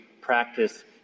practice